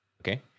okay